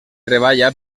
treballa